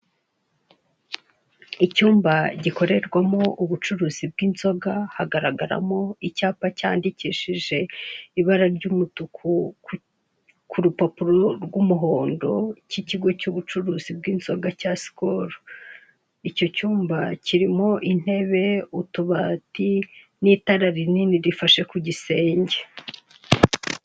Icyumba gikorerwamo ubucuruzi bw'inzoga hagaragaramo icyapa cyandikishije ibara ry'umutuku ku rupapuro rw'umuhondo k'ikigo cy'ubucuruzi bw'inzoga cya sikolo, icyo cyumba kirimo intebe, utubati n'itara rinini rifashe ku gisenge.